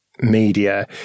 media